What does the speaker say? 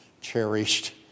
cherished